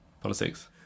politics